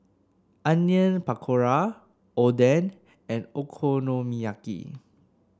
Onion Pakora Oden and Okonomiyaki